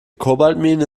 kobaltmine